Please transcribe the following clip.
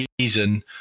season